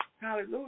Hallelujah